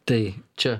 tai čia